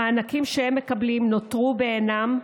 המענקים שהם מקבלים נותרו בעינם,